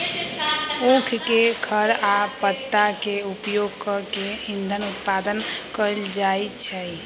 उख के खर आ पत्ता के उपयोग कऽ के इन्धन उत्पादन कएल जाइ छै